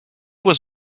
was